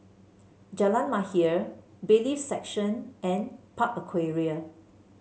Jalan Mahir Bailiffs' Section and Park Aquaria